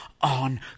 on